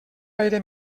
aire